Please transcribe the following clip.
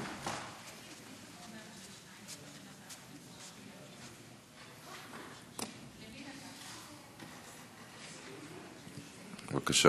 בבקשה,